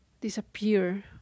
disappear